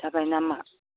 जाबाय नामा